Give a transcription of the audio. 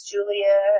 Julia